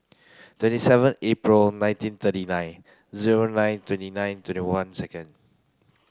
twenty seven April nineteen thirty nine zero nine twenty nine twenty one second